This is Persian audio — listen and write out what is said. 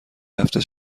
هفته